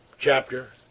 chapter